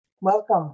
Welcome